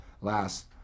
last